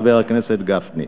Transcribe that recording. חבר הכנסת גפני.